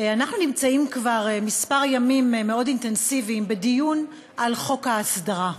אנחנו נמצאים כבר כמה ימים מאוד אינטנסיביים בדיון על חוק ההסדרה.